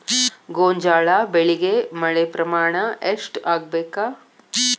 ಗೋಂಜಾಳ ಬೆಳಿಗೆ ಮಳೆ ಪ್ರಮಾಣ ಎಷ್ಟ್ ಆಗ್ಬೇಕ?